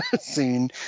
scene